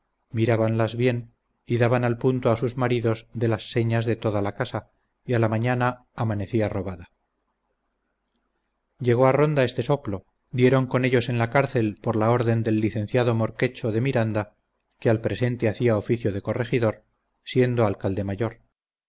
mercadería mirabanlas bien y daban al punto a sus maridos de las señas de toda la casa y a la mañana amanecía robada llegó a ronda este soplo dieron con ellos en la cárcel por la orden del licenciado morquecho de miranda que al presente hacia oficio de corregidor siendo alcalde mayor